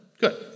Good